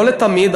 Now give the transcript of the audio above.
לא לתמיד,